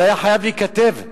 זה היה חייב להיכתב,